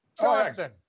Johnson